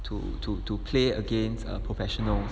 to to to play against err professionals